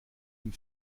dem